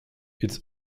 its